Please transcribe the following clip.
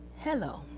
Hello